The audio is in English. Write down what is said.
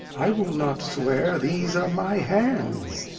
i will not swear these are my hands.